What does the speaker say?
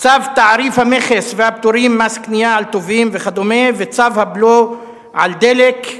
צו תעריף המכס והפטורים ומס קנייה על טובין וכדומה וצו הבלו על דלק,